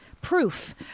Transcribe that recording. proof